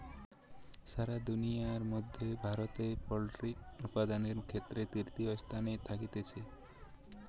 সারা দুনিয়ার মধ্যে ভারতে পোল্ট্রি উপাদানের ক্ষেত্রে তৃতীয় স্থানে থাকতিছে